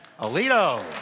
Alito